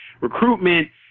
recruitment